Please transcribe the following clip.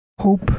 hope